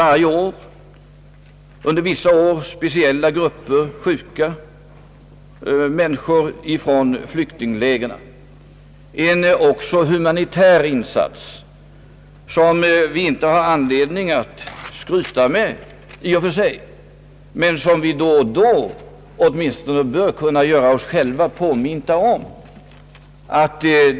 Under vissa år har vi tagit emot speciella grupper av sjuka människor från flyktinglägren. Det är en humanitär insats som vi inte har anledning att skryta med i och för sig men som vi då och då åtminstone bör kunna göra oss själva påminta om.